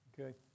Okay